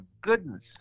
goodness